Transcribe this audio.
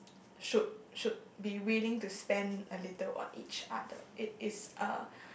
should should be willing to spend a little on each other it is a